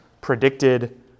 predicted